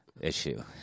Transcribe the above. issue